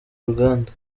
uruganda